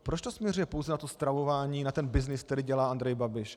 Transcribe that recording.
Proč to směřuje pouze na to stravování, na ten byznys, který dělá Andrej Babiš.